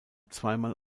zweimal